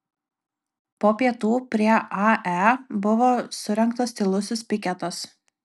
po pietų prie ae buvo surengtas tylusis piketas